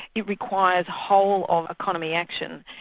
it requires a whole of economy action.